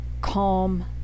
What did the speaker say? calm